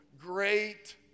great